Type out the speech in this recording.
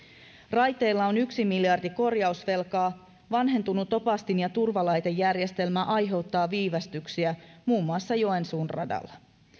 raiteilla on yksi miljardi korjausvelkaa vanhentunut opastin ja turvalaitejärjestelmä aiheuttaa viivästyksiä muun muassa joensuun radalla